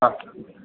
हा